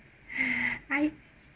I